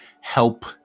help